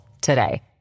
today